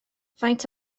faint